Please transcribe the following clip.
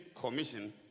commission